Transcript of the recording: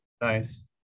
Nice